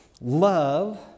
love